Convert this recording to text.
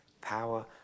power